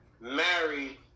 married